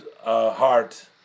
Heart